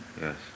Yes